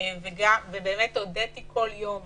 ובאמת הודיתי כל יום